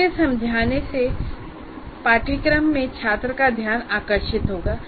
इसे समझाने से पाठ्यक्रम में छात्र का ध्यान आकर्षित होगा